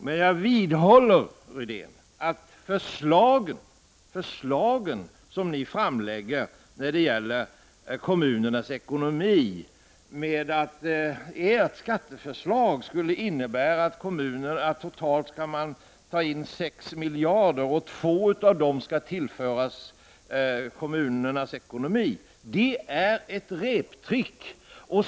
Men jag vidhåller, Rune Rydén, att det är ett reptrick när ni gör gällande att de förslag som ni moderater lägger fram om kommunernas ekonomi skulle innebära att man tar in totalt 6 miljarder kronor från kommunerna, och att av dessa skall 2 miljarder kronor föras tillbaka till kommunernas ekonomi. Det är ett reptrick!